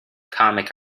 comic